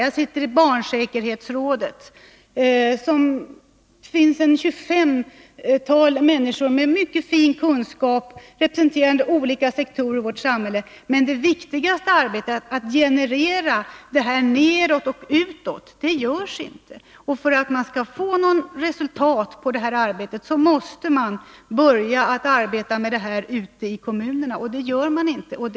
Jag sitter också i barnsäkerhetsrådet. Där finns ett tjugofemtal människor med mycket fin kunskap, representerande olika sektorer i vårt samhälle. Men det viktigaste arbetet, att generera detta nedåt och utåt, görs inte. För att man skall få något resultat på det här området, måste man börja arbeta med detta ute i kommunerna, men det gör man inte.